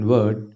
Word